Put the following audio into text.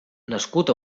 nascut